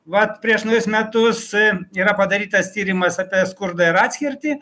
vat prieš naujus metus yra padarytas tyrimas apie skurdą ir atskirtį